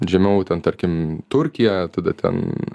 žemiau ten tarkim turkija tada ten